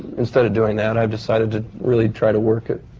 instead of doing that, i've decided to really try to work at